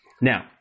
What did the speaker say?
Now